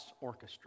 orchestra